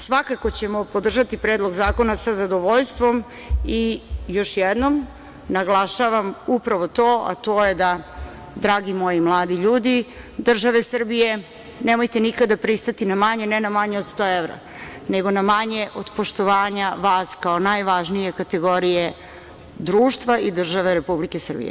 Svakako ćemo podržati Predlog zakona, sa zadovoljstvom, i još jednom naglašavam upravo to, a to je da, dragi moji mladi ljudi države Srbije, nemojte nikada pristati na manje, ne na manje od 100 evra, nego na manje od poštovanja vas kao najvažnije kategorije društva i države Republike Srbije.